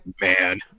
man